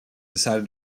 decided